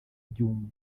ubyumva